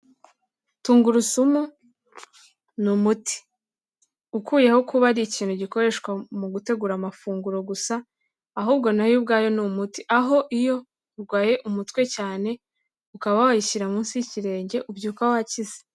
Tungurusumu ni umuti, ukuyeho kuba ari ikintu gikoreshwa mu gutegura amafunguro gusa, ahubwo na yo ubwayo ni umuti, aho iyo urwaye umutwe cyane ukaba wayishyira munsi y'ikirenge ubyuka wakize.